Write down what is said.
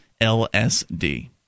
lsd